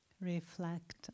reflect